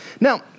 Now